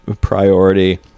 priority